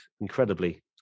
incredibly